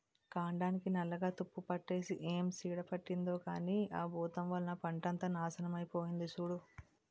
కాండానికి నల్లగా తుప్పుపట్టేసి ఏం చీడ పట్టిందో కానీ ఆ బూతం వల్ల పంటంతా నాశనమై పోనాది సూడూ